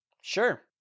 Sure